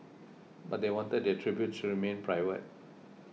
but they wanted their tributes to remain private